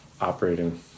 operating